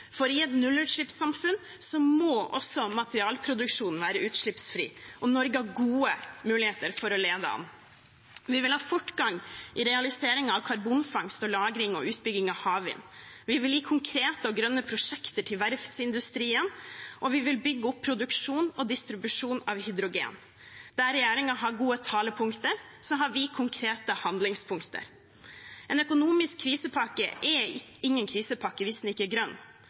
for i et nullutslippssamfunn må også materialproduksjonen være utslippsfri. Norge har gode muligheter for å lede an. Vi vil ha fortgang i realiseringen av karbonfangst og -lagring og utbygging av havvind. Vi vil gi konkrete og grønne prosjekter til verftsindustrien, og vi vil bygge opp produksjon og distribusjon av hydrogen. Der regjeringen har gode talepunkter, har vi konkrete handlingspunkter. En økonomisk krisepakke er ingen krisepakke hvis den ikke er grønn.